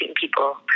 people